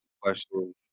question